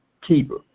keeper